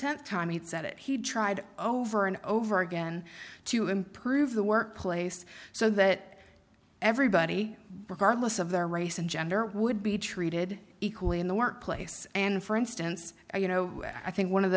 it he tried over and over again to improve the workplace so that everybody regardless of their race and gender would be treated equally in the workplace and for instance you know i think one of